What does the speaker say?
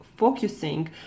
focusing